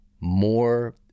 more